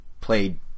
played